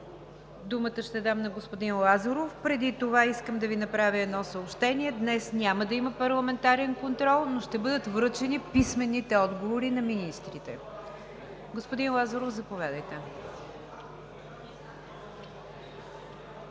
думата на господин Лазаров, искам да Ви направя едно съобщение: днес няма да има парламентарен контрол, но ще бъдат връчени писмените отговори на министрите. Господин Лазаров, заповядайте.